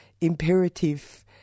imperative